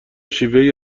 شیوهای